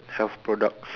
health products